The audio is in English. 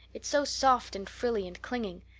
it's so soft and frilly and clinging.